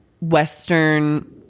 Western